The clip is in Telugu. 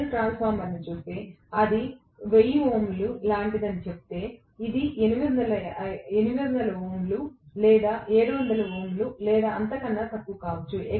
నేను ట్రాన్స్ఫార్మర్ను చూస్తే అది 1000 ఓంలు Ω లాంటిదని చెబితే ఇది 800 ఓంలు లేదా 700 ఓంలు లేదా అంతకన్నా తక్కువ కావచ్చు